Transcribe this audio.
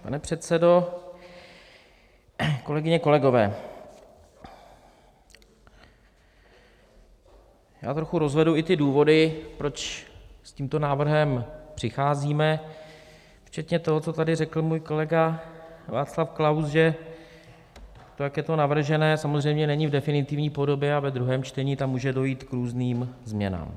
Pane předsedo, kolegyně, kolegové, já trochu rozvedu i ty důvody, proč s tímto návrhem přicházíme, včetně toho, co tady řekl můj kolega Václav Klaus, že to, jak je to navržené, samozřejmě není v definitivní podobě a ve druhém čtení tam může dojít k různým změnám.